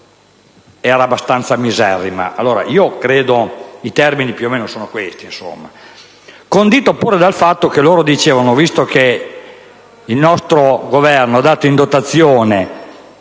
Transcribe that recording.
è abbastanza miserrima.